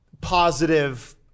positive